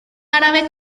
árabe